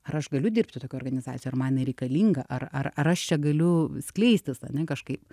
ar aš galiu dirbti tokioj organizacijoj ar man jinai reikalinga ar ar ar aš čia galiu skleistis ane kažkaip